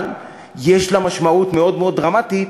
אבל יש לה משמעות מאוד מאוד דרמטית,